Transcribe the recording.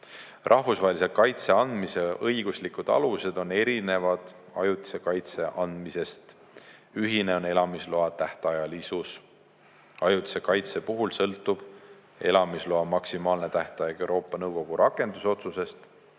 Rahvusvahelise kaitse andmise õiguslikud alused on erinevad ajutise kaitse andmise [alustest]. Ühine on elamisloa tähtajalisus. Ajutise kaitse puhul sõltub elamisloa maksimaalne tähtaeg Euroopa Nõukogu rakendusotsusest.